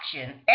action